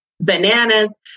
bananas